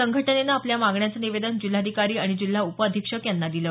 संघटनेनं आपल्या मागण्यांचं निवेदन जिल्हाधिकारी आणि जिल्हा उपअधीक्षक यांना दिलं